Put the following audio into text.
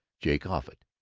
jake offutt,